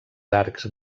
arcs